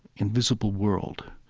invisible world.